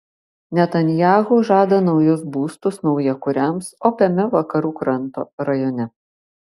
netanyahu žada naujus būstus naujakuriams opiame vakarų kranto rajone